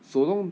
so long